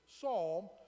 psalm